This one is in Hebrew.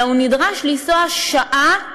אלא הוא נדרש לנסוע שעה,